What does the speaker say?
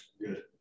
Good